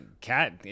Cat